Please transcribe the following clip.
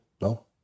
no